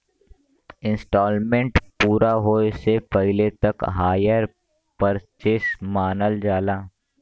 instalment पूरा होये से पहिले तक हायर परचेस मानल जाला